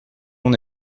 mon